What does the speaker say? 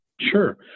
Sure